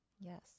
Yes